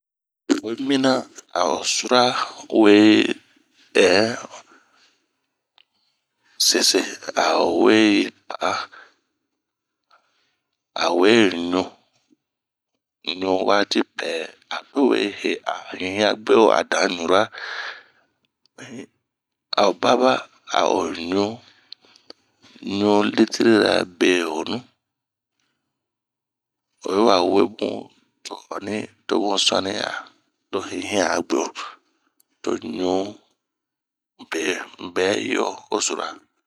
oyi mina ao sura we yi ɛn sese aowe yi pa'aa awe ɲu wati pɛɛ ato we he a hinhian bwue o a dan ɲura, a baba aɲu ɲu litirira behonu, oyi wa we bun to o honi to bun suani aa. to hinhian bɛ bwue o, to ɲu be bɛ yi o sura.